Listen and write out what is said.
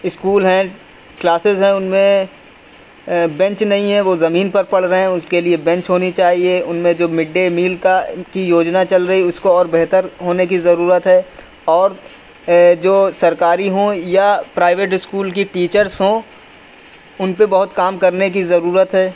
school ہیں classes ہیں ان میں بنچ نہیں ہیں وہ زمین پر پڑھ رہے ہیں اس کے لیے بنچ ہونی چاہیے ان میں جو مڈ ڈے میل کا کی ہوجنا چل رہی اس کو اور بہتر ہونے کی ضرورت ہے اور جو سرکاری ہوں یا پرائیویٹ اسکول کی ٹیچرس ہوں ان پہ بہت کام کرنے کی ضرورت ہے